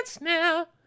Now